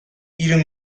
hiru